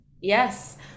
Yes